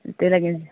त्यही लागि